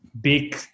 big